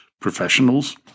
professionals